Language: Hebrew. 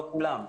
לא כולם,